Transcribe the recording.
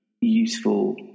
useful